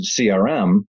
CRM